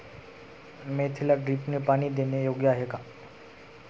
मेथीला ड्रिपने पाणी देणे योग्य आहे का?